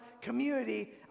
community